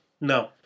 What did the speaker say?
No